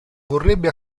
vorrebbe